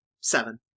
Seven